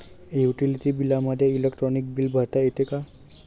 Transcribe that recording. Utility बिलामध्ये electronic bill भरता येते का?